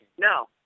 No